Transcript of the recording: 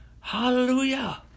Hallelujah